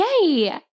Yay